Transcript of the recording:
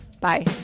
bye